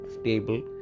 stable